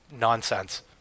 Nonsense